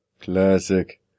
Classic